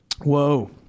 Whoa